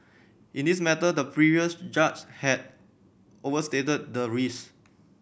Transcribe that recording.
in this matter the previous judge had overstated the risk